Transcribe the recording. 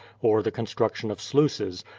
or the construction of sluices,